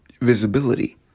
visibility